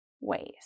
ways